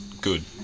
good